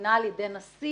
ובחנינה על ידי הנשיא.